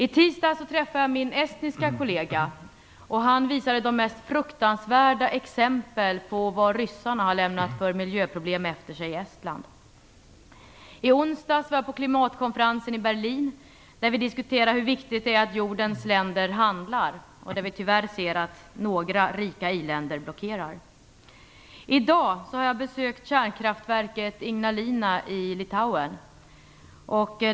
I tisdags träffade jag min estniska kollega. Han visade de mest fruktansvärda exempel på vilka miljöproblem ryssarna har lämnat efter sig i Estland. I onsdags deltog jag i klimatkonferensen i Berlin, där vi diskuterade hur viktigt det är att jordens länder handlar. Tyvärr ser vi att några rika i-länder blockerar. I dag har jag besökt kärnkraftverket Ignalina i Litauen.